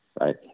right